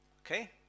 okay